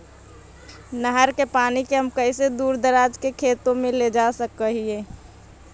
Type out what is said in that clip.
नहर के पानी के हम कैसे दुर दराज के खेतों में ले जा सक हिय?